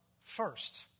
first